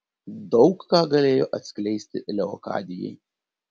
daug ką galėjo atleisti leokadijai